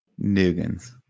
Nugans